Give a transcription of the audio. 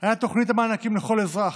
היה תוכנית המענקים לכל אזרח.